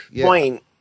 point